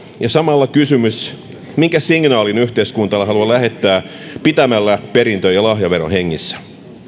ja samalla kysymys kuuluu minkä signaalin yhteiskunta haluaa lähettää pitämällä perintö ja lahjaveron hengissä